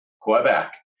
Quebec